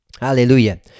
Hallelujah